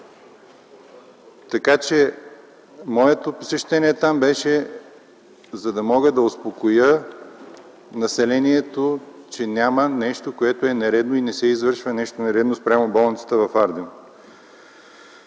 Така че моето посещение там беше, за да мога да успокоя населението, че няма нещо, което е нередно и не се извършва нещо нередно спрямо болницата в Ардино.